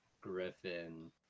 griffin